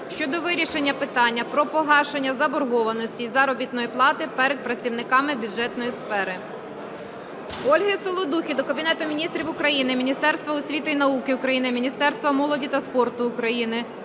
щодо вирішення питання про погашення заборгованості із заробітної плати перед працівниками бюджетної сфери. Ольги Саладухи до Кабінету Міністрів України, Міністерства освіти і науки України, Міністерства молоді та спорту України